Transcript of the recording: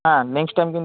হ্যাঁ next time কিন্তু